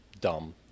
dumb